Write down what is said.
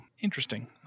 interesting